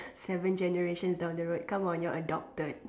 seven generations down the road come on you're adopted